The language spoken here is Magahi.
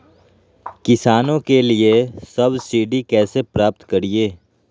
किसानों के लिए सब्सिडी कैसे प्राप्त करिये?